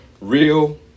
real